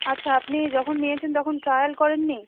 আচ্ছা আপনি যখন নিয়েছেন তখন ট্রায়াল করেননি